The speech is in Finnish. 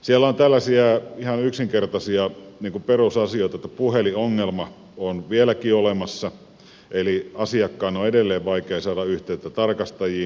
siellä on tällaisia ihan yksinkertaisia perusasioita että puhelinongelma on vieläkin olemassa eli asiakkaan on edelleen vaikea saada yhteyttä tarkastajiin